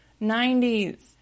90s